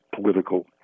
political